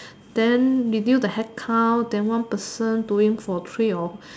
then they do the headcount then one person doing for three or